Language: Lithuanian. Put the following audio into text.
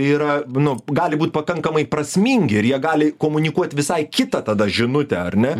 yra nu gali būt pakankamai prasmingi ir jie gali komunikuoti visai kitą tada žinutę ar ne